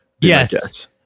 Yes